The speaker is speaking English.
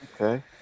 Okay